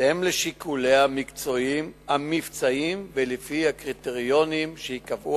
בהתאם לשיקוליה המקצועיים והמבצעיים ולפי הקריטריונים שתקבע,